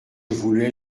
voulais